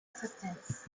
assistance